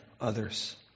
others